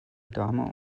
dame